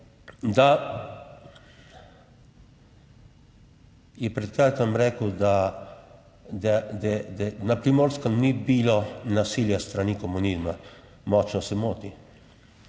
da, je pred kratkim rekel, da na Primorskem ni bilo nasilje s strani komunizma, močno se moti.